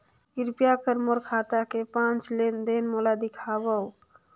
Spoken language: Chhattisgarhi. कृपया कर मोर खाता के पांच लेन देन मोला दिखावव